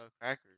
crackers